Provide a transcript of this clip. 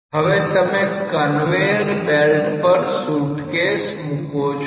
હવે તમે conveyor belt પર સુટકેસ મૂકો છો